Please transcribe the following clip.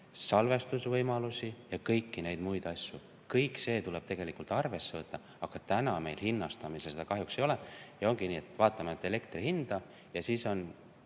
salvestusvõimalusi ja kõiki muid asju. Kõike seda tuleb tegelikult arvesse võtta, aga täna meil hinnastamises seda kahjuks ei ole. Ja ongi nii, et vaatame elektri hinda ja siis on